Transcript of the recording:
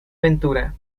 ventura